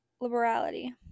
liberality